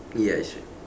ya it's